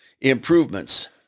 improvements